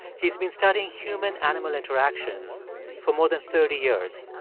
he's been studying human-animal interactions for more than thirty years.